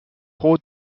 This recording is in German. pro